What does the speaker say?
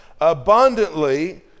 abundantly